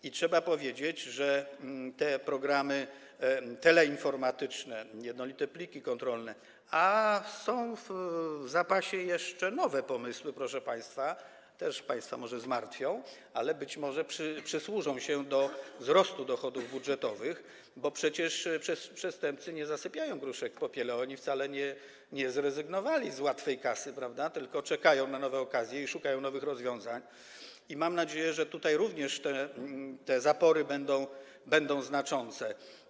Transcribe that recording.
I trzeba powiedzieć, że jeśli chodzi o te programy teleinformatyczne, jednolite pliki kontrolne - a są w zapasie jeszcze nowe pomysły, proszę państwa, które może też państwa zmartwią, ale być może przyczynią się do wzrostu dochodów budżetowych, bo przecież przestępcy nie zasypiają gruszek w popiele, oni wcale nie zrezygnowali z łatwej kasy, prawda, tylko czekają na nowe okazje i szukają nowych rozwiązań - to mam nadzieję, że tutaj również te zapory będą znaczące.